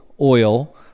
oil